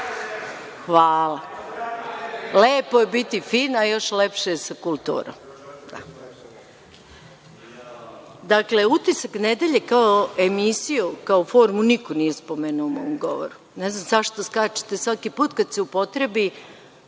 Hvala. Lepo je biti fin, a još lepše je sa kulturom. Dakle, „Utisak nedelje“, kao emisiju, kao formu, niko nije spomenuo u mom govoru. Ne znam zašto skačete svaki put kad se upotrebi